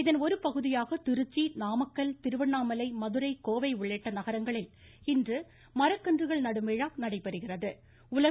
இதன்ஒருபகுதியாக திருச்சி நாமக்கல் திருவண்ணாமலை மதுரை கோவை உள்ளிட்ட நகரங்களில் இன்று மரக்கன்றுகள் நடும் விழா நடைபெறுகிறது